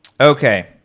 okay